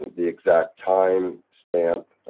the exact time stamp,